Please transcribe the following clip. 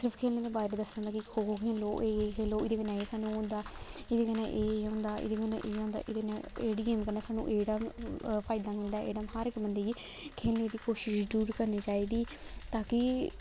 सिर्फ खेलने दे बारे च दस्से दा होंदा कि खो खो एह् एह् खेलो एह्दे कन्नै सानूं एह् होंदा ऐ एह्दे कन्नै एह् एह् होंदा एह्दे कन्नै एह् होंदा एह्दे कन्नै एह्कड़ी गेम कन्नै सानूं एह्कड़ा फायदा मिलदा हर इक बंदे गी खेलने दी कोशिश जरूर करनी चाहिदी ताकि